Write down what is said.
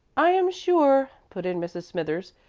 i am sure, put in mrs. smithers,